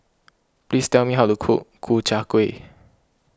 please tell me how to cook Ku Chai Kuih